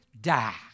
die